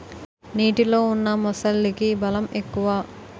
నీటిలో ఉన్న మొసలికి బలం ఎక్కువ